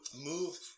move